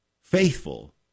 faithful